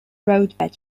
roadbed